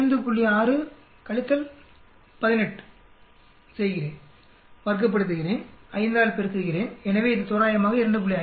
6 - 18ஐக் கழிக்கிறேன் வர்க்கப்படுத்துகிறேன் 5ஆல் பெருக்குகிறேன் எனவே இது தோராயமாக 2